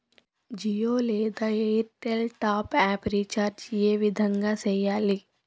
జియో లేదా Airtel top up recharge ఏ విధంగా సేయాలి